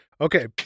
Okay